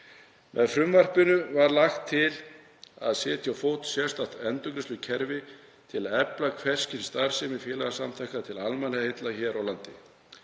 Með frumvarpinu var lagt til að setja á fót sérstakt endurgreiðslukerfi til að efla hvers kyns starfsemi félagasamtaka til almannaheilla hér á landi.